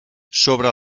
sobre